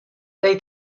they